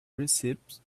receipt